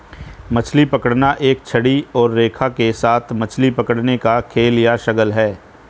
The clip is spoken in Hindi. मछली पकड़ना एक छड़ी और रेखा के साथ मछली पकड़ने का खेल या शगल है